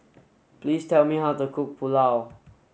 please tell me how to cook Pulao